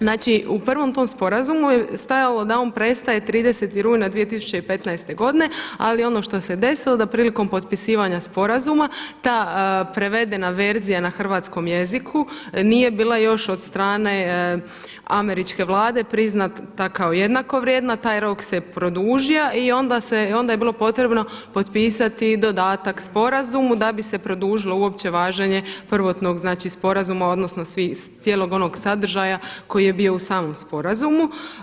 Znači u prvom tom sporazumu je stajalo da on prestaje 30. rujna 2015. godine ali ono što se desilo da prilikom potpisivanja sporazuma ta prevedena verzija na hrvatskom jeziku nije bila još od strane američke Vlade priznata kao jednako vrijedna, taj rok se produžio i onda je bilo potrebno potpisati dodatak sporazumu da bi se produžilo uopće važenje prvotnog znači sporazuma odnosno cijelog onog sadržaja koji je bio u samom sporazumu.